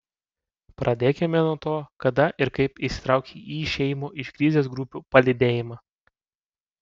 pradėkime nuo to kada ir kaip įsitraukei į išėjimo iš krizės grupių palydėjimą